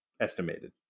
Estimated